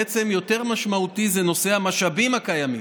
בעצם יותר משמעותי זה נושא המשאבים הקיימים.